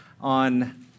on